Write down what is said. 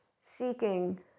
seeking